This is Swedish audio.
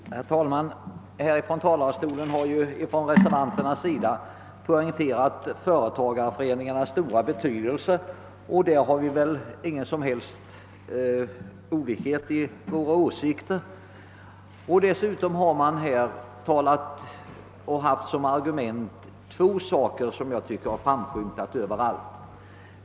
Herr talman! Reservanterna har från kammarens talarstol poängterat företagareföreningarnas stora betydelse. Om denna betydelse råder det väl inga meningsskiljaktigheter. Reservanterna har framfört två argument, som jag tycker har framskymtat överallt.